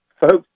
folks